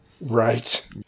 Right